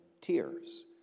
tears